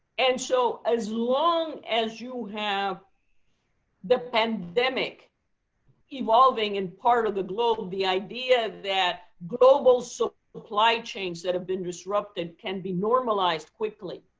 and so as long as you have the pandemic evolving in part of the globe, the idea that global so supply chains that have been disrupted can be normalized quickly,